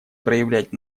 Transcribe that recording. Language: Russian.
проявлять